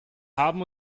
haben